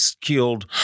killed